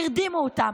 הרדימו אותם,